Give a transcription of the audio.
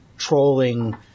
trolling